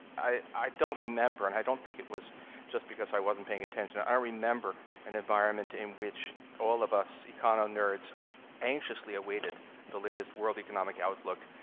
i don't remember, and i don't think it was just because i wasn't paying attention, i remember an environment in which all of us econo-nerds anxiously awaited the latest world economic outlook,